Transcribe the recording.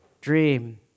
dream